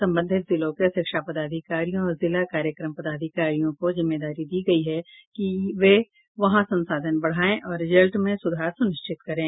संबंधित जिलों के शिक्षा पदाधिकारी और जिला कार्यक्रम पदाधिकारियों को जिम्मेदारी दी गई है कि वे वहां संसाधन बढ़ायें और रिजल्ट में सुधार सुनिश्चित करें